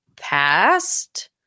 past